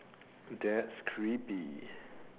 that's creepy